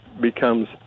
becomes